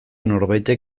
norbaitek